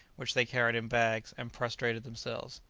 which they carried in bags, and prostrated themselves.